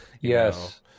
Yes